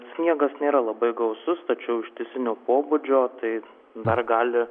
sniegas nėra labai gausus tačiau ištisinio pobūdžio tai dar gali